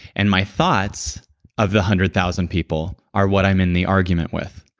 and my thoughts of the hundred thousand people are what i'm in the argument with.